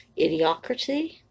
Idiocracy